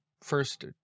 first